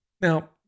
Now